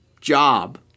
job